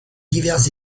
divers